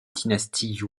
dynastie